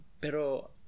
Pero